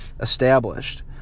established